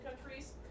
countries